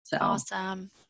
Awesome